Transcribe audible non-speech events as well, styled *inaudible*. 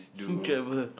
*laughs* travel